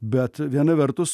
bet viena vertus